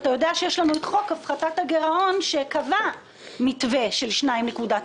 אתה יודע שיש לנו את חוק הפחתת הגרעון שקבע מתווה של 2.9%,